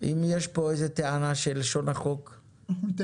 אם יש פה איזה טענה של לשון החוק --- אנחנו ניתן